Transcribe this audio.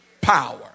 power